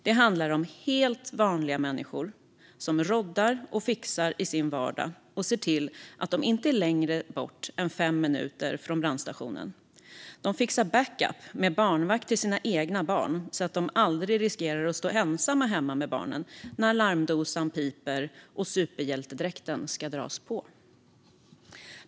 Det handlar om helt vanliga människor som råddar och fixar i sin vardag och ser till att de inte är längre bort än fem minuter från brandstationen. De fixar backup med barnvakt till sina egna barn så att de aldrig riskerar att stå ensamma hemma med barnen när larmdosan piper och superhjältedräkten ska dras på.